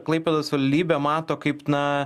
klaipėdos valdybė mato kaip na